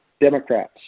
Democrats